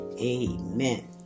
Amen